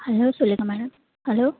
hello சொல்லுங்க madam hello